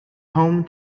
home